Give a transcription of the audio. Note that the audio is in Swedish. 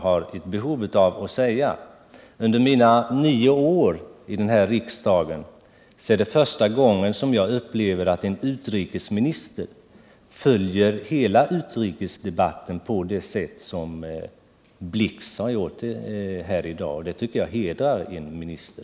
Under mina nio år som ledamot av Sveriges riksdag är det första gången som jag upplever att en utrikesminister följer hela utrikesdebatten på det sätt som Hans Blix har gjort här i dag. Det tycker jag hedrar en minister.